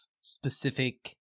specific